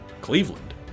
Cleveland